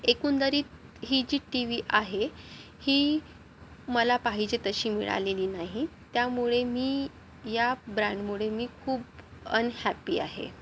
एकंदरीत ही G TV आहे ही मला पाहिजे तशी मिळालेली नाही त्यामुळे मी या ब्रँडमुळे मी खूप अनहॅपी आहे